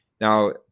Now